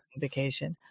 vacation